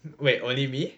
wait what do you mean